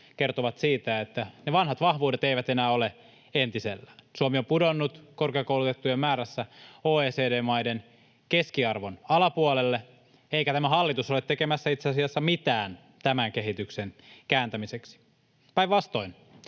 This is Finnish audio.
kertovat siitä, että ne vanhat vahvuudet eivät enää ole entisellään. Suomi on pudonnut korkeakoulutettujen määrässä OECD-maiden keskiarvon alapuolelle, eikä tämä hallitus ole tekemässä itse asiassa mitään tämän kehityksen kääntämiseksi. Päinvastoin